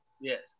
Yes